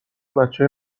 بچه